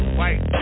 white